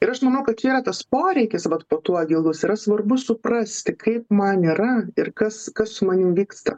ir aš manau kad čia yra tas poreikis vat po tuo gilus yra svarbu suprasti kaip man yra ir kas kas su manim vyksta